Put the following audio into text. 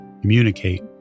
communicate